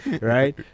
right